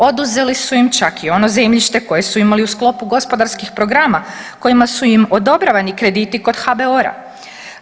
Oduzeli su im čak i ono zemljište koje su imali u sklopu gospodarskih programa kojima su im odobravani krediti kod HBOR-a.